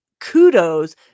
kudos